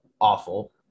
awful